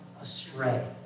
astray